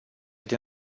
din